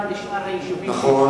תמרה לבין שאר היישובים שהזכרתי.